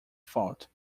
fault